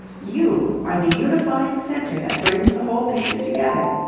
you are the unifying centre that brings the whole picture together,